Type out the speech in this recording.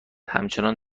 همچنان